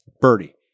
Birdie